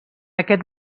aquest